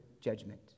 judgment